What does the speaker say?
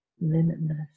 limitless